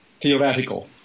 theoretical